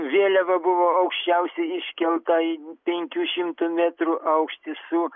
vėliava buvo aukščiausiai iškelta į penkių šimtų metrų aukštį s su